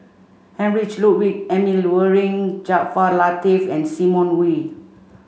Heinrich Ludwig Emil Luering Jaafar Latiff and Simon Wee